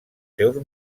seus